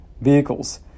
vehicles